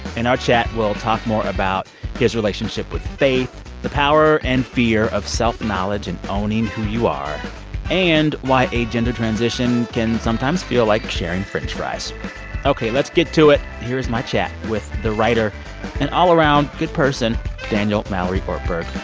in our chat, we'll talk more about his relationship with faith, the power and fear of self-knowledge and owning who you are and why a gender transition can sometimes feel like sharing french fries ok. let's get to it. here is my chat with the writer and all-around good person daniel mallory ortberg